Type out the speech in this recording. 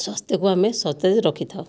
ସ୍ୱାସ୍ଥ୍ୟକୁ ଆମେ ସତେଜ ରଖିଥାଉ